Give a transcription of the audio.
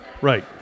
Right